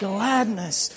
Gladness